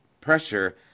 pressure